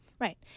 Right